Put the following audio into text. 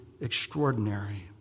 extraordinary